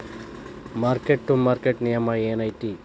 mark to market ನಿಯಮ ಏನೈತಿ